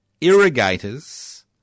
irrigators